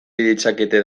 ditzakete